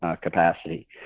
capacity